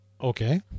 Okay